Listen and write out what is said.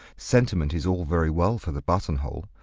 sentiment is all very well for the button-hole.